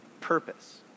purpose